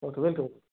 okay welcome